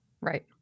right